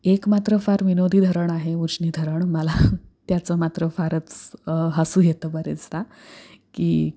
एक मात्र फार विनोदी धरण आहे उजनी धरण मला त्याचं मात्र फारच हसू येतं बरेचदा की